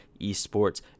esports